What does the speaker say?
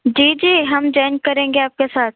जी जी हम जॉइन करेंगे आपके साथ